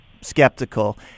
skeptical